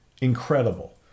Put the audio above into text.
incredible